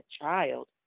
child